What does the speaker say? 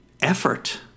effort